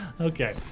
Okay